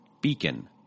beacon